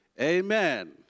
Amen